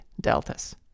deltas